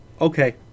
Okay